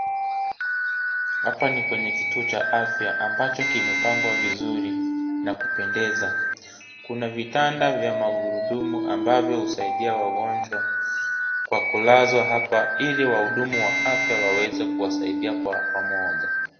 Hapa ni kwenye kituo cha afya ambacho kimepangwa vizuri na kupendeza . Kuna vitanda vya magurudumu ambavyo husaidia wagonjwa kwa kulazwa hapa ili wahudumu wa afya waweze kuwasaidia kwa pamoja.